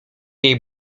jej